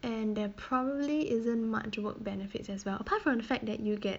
and there probably isn't much work benefits as well apart from the fact that you get